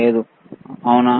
లేదు అవునా